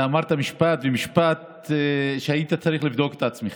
אתה אמרת משפט, ומשפט שהיית צריך לבדוק את עצמך.